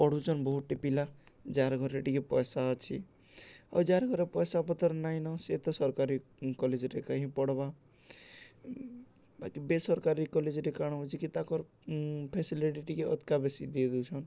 ପଢ଼ୁଛନ୍ ବହୁତଟି ପିଲା ଯାହାର ଘରେ ଟିକେ ପଇସା ଅଛି ଆଉ ଯାହାର ଘରେ ପଇସା ପତ୍ର ନାଇଁନ ସିଏ ତ ସରକାରୀ କଲେଜରେ କାହିଁ ପଢ଼୍ବା ବାକି ବେସରକାରୀ କଲେଜରେ କାଣା ହଉଛି କି ତାଙ୍କର ଫେସିଲିଟି ଟିକେ ଅଧକା ବେଶି ଦେଇ ଦଉଛନ୍